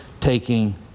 taking